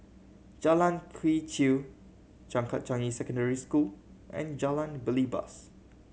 Jalan Quee Chew Changkat Changi Secondary School and Jalan Belibas